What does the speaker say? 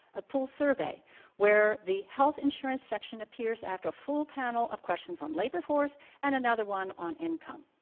a full survey where the health insurance section appears after a full panel of questions on labor force and another one on income.